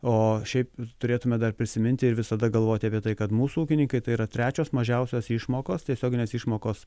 o šiaip turėtume dar prisiminti ir visada galvoti apie tai kad mūsų ūkininkai tai yra trečios mažiausios išmokos tiesioginės išmokos